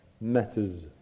matters